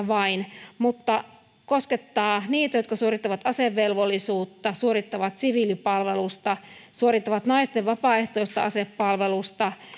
vain asevelvollisista se koskettaa niitä jotka suorittavat asevelvollisuutta suorittavat siviilipalvelusta suorittavat naisten vapaaehtoista asepalvelusta